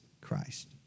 Christ